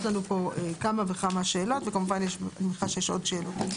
יש לנו פה כמה וכמה שאלות וכמובן אני מניחה שיש עוד שאלות.